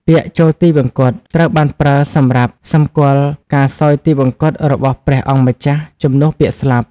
ពាក្យ ចូលទិវង្គត ត្រូវបានប្រើសម្រាប់សម្គាល់ការសោយទីវង្គតរបស់ព្រះអង្គម្ចាស់ជំនួសពាក្យ ស្លាប់។